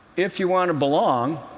if you want to belong,